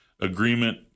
agreement